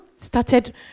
started